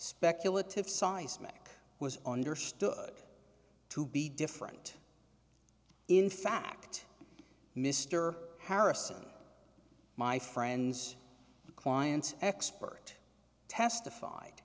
speculative seismic was understood to be different in fact mr harrison my friends the clients expert testified